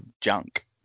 junk